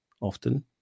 often